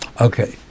Okay